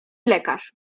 lekarz